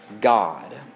God